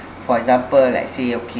for example like say okay